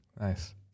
Nice